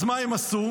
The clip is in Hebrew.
אז מה הם עשו?